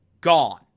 gone